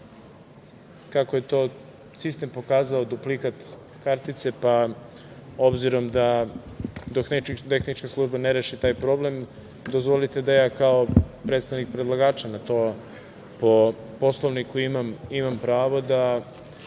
kako je to sistem pokazao, duplikat kartice, pa obzirom da dok tehnička služba ne reši taj problem, dozvolite da ja kao predstavnik predlagača, na to po Poslovniku imam pravo, da